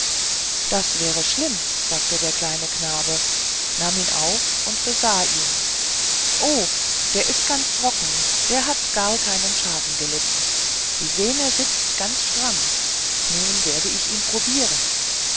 das wäre schlimm sagte der kleine knabe nahm ihn auf und besah ihn o der ist ganz trocken der hat gar keinen schaden gelitten die sehne sitzt ganz stramm nun werde ich ihn probieren